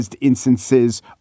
instances